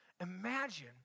Imagine